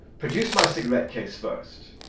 produce my cigarette case first.